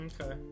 Okay